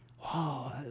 Wow